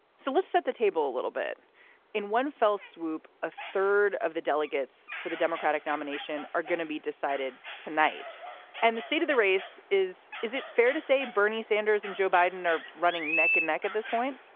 so let's set the table a little bit in one fell swoop. a third of the delegates for the democratic nomination are going to be decided tonight and the state of the race is. is it fair to say bernie sanders and joe biden are running neck and neck at this point?